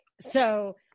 So-